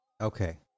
Okay